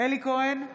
אלי כהן,